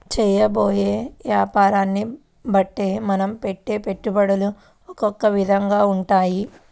చేయబోయే యాపారాన్ని బట్టే మనం పెట్టే పెట్టుబడులు ఒకొక్క విధంగా ఉంటాయి